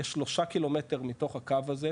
יש שלושה קילומטר מתוך הקו הזה,